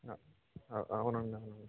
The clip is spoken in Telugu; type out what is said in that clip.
అవునండి అవును